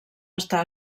estar